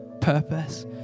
purpose